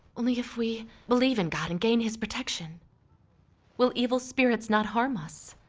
only if we believe in god and gain his protection will evil spirits not harm us.